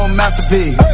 masterpiece